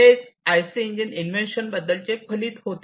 हेच IC engine invention बद्दलचे फलित होते